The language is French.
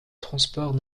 transport